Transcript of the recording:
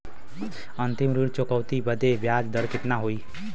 अंतिम ऋण चुकौती बदे ब्याज दर कितना होई?